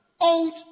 old